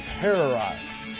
terrorized